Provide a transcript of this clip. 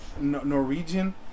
Norwegian